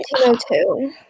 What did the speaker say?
1902